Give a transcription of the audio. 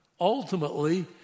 ultimately